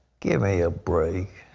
give me a break.